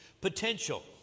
potential